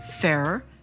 fairer